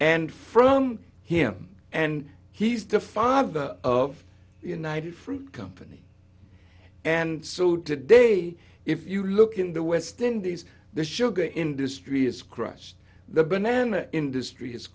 and from him and he's defied of the of the united fruit company and so today if you look in the west indies the sugar industry has crushed the banana industry has